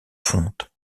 fonte